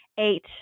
eight